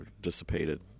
dissipated